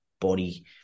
body